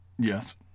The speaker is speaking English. Yes